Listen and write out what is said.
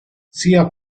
sia